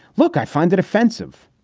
look, i find it offensive.